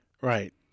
Right